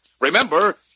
Remember